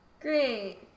Great